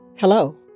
Hello